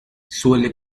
suele